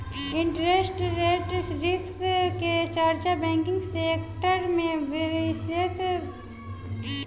interest rate risk के चर्चा banking sector में बिसेस रूप से देखल जाला